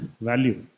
value